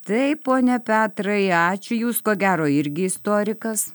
taip pone petrai ačiū jūs ko gero irgi istorikas